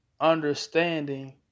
understanding